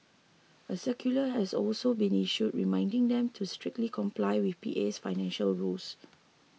a circular has also been issued reminding them to strictly comply with PA's financial rules